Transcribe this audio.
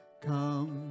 come